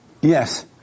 Yes